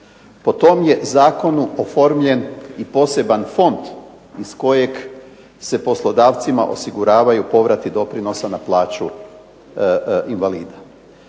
Po tom je zakonu oformljen i poseban fond iz kojeg se poslodavcima osiguravaju povrati doprinosa na plaću invalida.